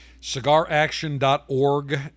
Cigaraction.org